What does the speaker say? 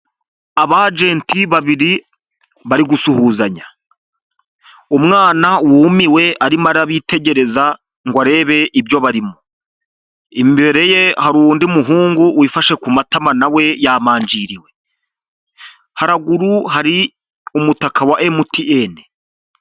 Abajenti babiri bari gusuhuzanya, umwana wumiwe arimo arabitegereza, ngo arebe ibyo barimo, imbere ye hari undi muhungu wifashe ku matama na we yamanjiriwe, haraguru hari umutaka wa MTN.